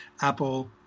Apple